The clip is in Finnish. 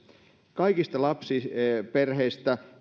kaikista lapsiperheistä